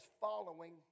following